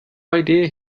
idea